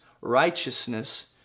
righteousness